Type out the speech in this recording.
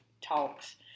talks